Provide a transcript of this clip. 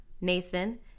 Nathan